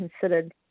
considered